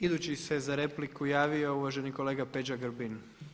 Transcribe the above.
Idući se za repliku javio uvaženi kolega Peđa Grbin.